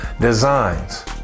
designs